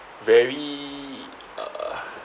very uh